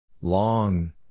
Long